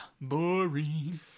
Boring